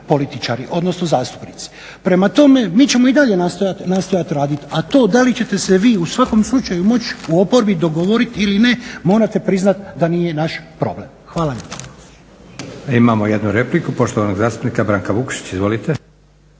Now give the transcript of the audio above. političari, odnosno zastupnici. Prema tome mi ćemo i dalje nastojati raditi, a to da li ćete se vi u svakom slučaju moći u oporbi dogovoriti ili ne morate priznati da nije naš problem. Hvala lijepa. **Leko, Josip (SDP)** Imamo jednu repliku poštovanog zastupnika Branka Vukšića. Izvolite.